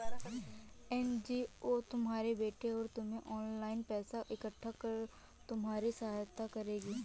NGO तुम्हारे बेटे और तुम्हें ऑनलाइन पैसा इकट्ठा कर तुम्हारी सहायता करेगी